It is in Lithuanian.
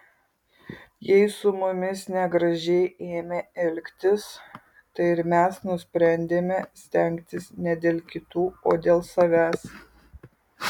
jei su mumis negražiai ėmė elgtis tai ir mes nusprendėme stengtis ne dėl kitų o dėl savęs